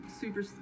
super